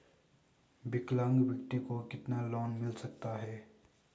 विकलांग व्यक्ति को कितना लोंन मिल सकता है?